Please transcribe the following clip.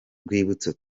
rwibutso